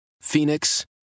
Phoenix